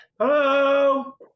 Hello